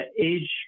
age